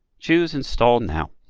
choose install now.